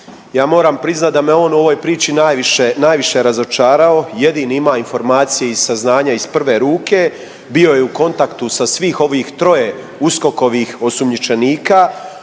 Ja moram priznati da me je on u ovoj priči najviše, najviše razočarao, jedini ima informacije i saznanja iz prve ruke, bio je u kontaktu sa svih ovih troje USKOK-ovih osumnjičenika.